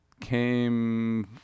came